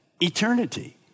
eternity